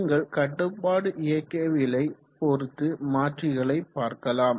நீங்கள் கட்டுப்பாடு இயக்கவியலை பொறுத்து மாற்றிகளை பார்க்கலாம்